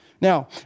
Now